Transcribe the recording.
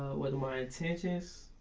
what are my intentions?